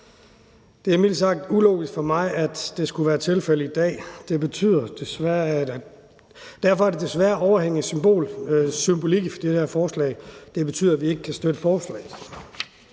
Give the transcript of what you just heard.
Det er mildt sagt ulogisk for mig, at det skulle være tilfældet i dag. Derfor er der desværre overvejende symbolik i det her forslag. Det betyder, at vi ikke kan støtte forslaget.